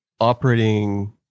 operating